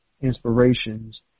inspirations